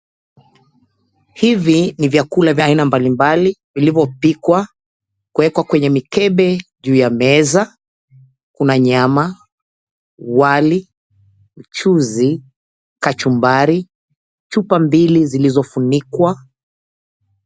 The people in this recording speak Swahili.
Hivi ni vyakula vya aina mbalimbali vilivyopikwa kuwekwa kwenye mikebe juu ya meza. Kuna nyama, wali, mchuzi, kachumbari, chupa mbili zilizofunikwa.